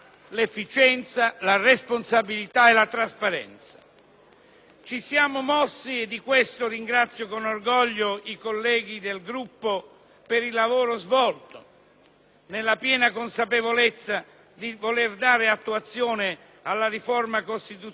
Ci siamo mossi - a tale proposito ringrazio con orgoglio i colleghi del Gruppo per il lavoro svolto - nella piena consapevolezza di voler dare attuazione alla riforma costituzionale del 2001 e della grande